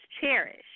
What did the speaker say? cherish